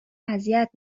اذیت